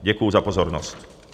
Děkuji za pozornost.